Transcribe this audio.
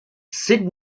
sid